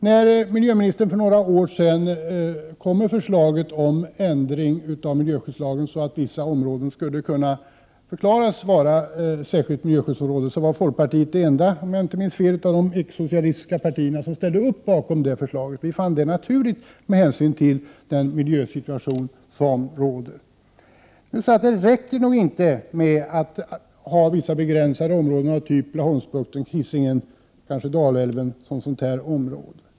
När miljöministern för några år sedan framlade förslaget om ändring i miljöskyddslagen så, att vissa områden skulle kunnas förklaras utgöra särskilt miljöskyddsområde, var — om jag inte minns fel — folkpartiet det enda av de icke-socialistiska partierna som ställde sig bakom detta förslag. Vi fann det naturligt med hänsyn till den miljösituation som råder. Men det är nog inte tillräckligt att göra vissa begränsade områden av typ Laholmsbukten, Hisingen och kanske Dalälven till miljöskyddsområden.